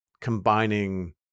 combining